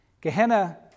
Gehenna